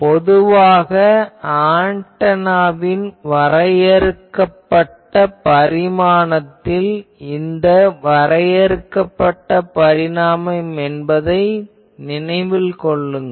பொதுவாக ஆன்டெனாவின் வரையறுக்கப்பட்ட பரிமாணத்தில் இந்த வரையறுக்கப்பட்ட பரிமாணம் என்பதை நினைவில் கொள்ளுங்கள்